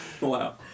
Wow